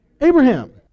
Abraham